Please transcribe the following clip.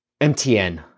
MTN